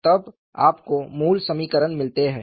तब आपको मूल समीकरण मिलते हैं